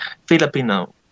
filipino